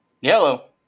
yellow